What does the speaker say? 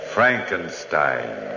Frankenstein